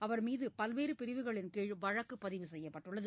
அவர்மீது பல்வேறு பிரிவுகளின் கீழ் வழக்குப்பதிவு செய்யப்பட்டுள்ளது